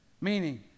Meaning